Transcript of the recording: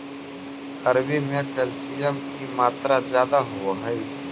अरबी में कैल्शियम की मात्रा ज्यादा होवअ हई